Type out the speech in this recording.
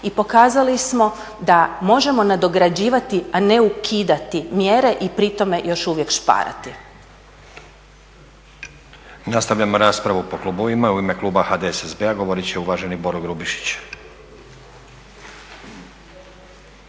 I pokazali smo da možemo nadograđivati, a ne ukidati mjere i pritome još uvijek šparati. **Stazić, Nenad (SDP)** Nastavljamo raspravu po klubovima. U ime kluba HDSSB-a govorit će uvaženi Boro Grubišić.